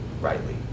rightly